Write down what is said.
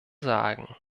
sagen